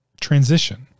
transition